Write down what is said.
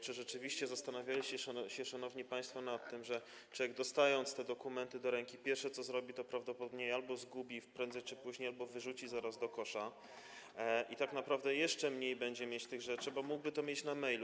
Czy rzeczywiście zastanawialiście się, szanowni państwo, nad tym, że człowiek, dostając te dokumenty do ręki, pierwsze, co zrobi, to prawdopodobnie albo je zgubi, prędzej czy później, albo wyrzuci zaraz do kosza, i tak naprawdę jeszcze mniej będzie mieć tych rzeczy, bo mógłby to mieć na mailu.